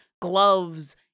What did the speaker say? gloves